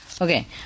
Okay